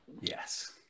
Yes